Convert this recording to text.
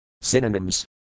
Synonyms